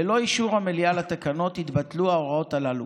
ללא אישור המליאה לתקנות יתבטלו ההוראות הללו.